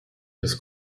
his